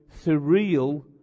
surreal